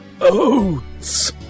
oats